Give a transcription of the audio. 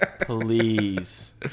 Please